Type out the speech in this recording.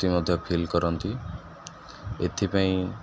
ଫୁର୍ତ୍ତି ମଧ୍ୟ ଫିଲ୍ କରନ୍ତି ଏଥିପାଇଁ